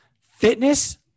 fitness